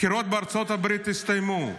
הבחירות בארצות הברית הסתיימו,